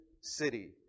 city